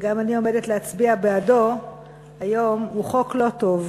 וגם אני עומדת להצביע בעדו היום, הוא חוק לא טוב.